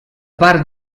part